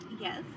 Yes